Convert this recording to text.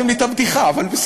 הרסתם לי את הבדיחה, אבל בסדר.